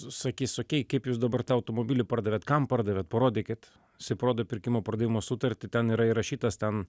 sakys okei kaip jūs dabar tą automobilį pardavėt kam pardavėt parodykit jisai parodo pirkimo pardavimo sutartį ten yra įrašytas ten